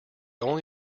only